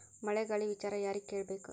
ಮಳೆ ಗಾಳಿ ವಿಚಾರ ಯಾರಿಗೆ ಕೇಳ್ ಬೇಕು?